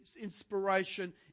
inspiration